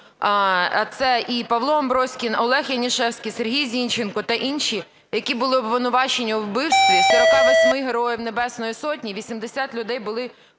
це і Павло Аброськін, Олег Янішевський, Сергій Зінченко та інші, які були обвинувачені у вбивстві 48 Героїв Небесної Сотні, 80 людей були поранені.